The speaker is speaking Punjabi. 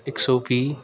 ਇਕ ਸੌ ਵੀਹ